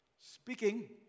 speaking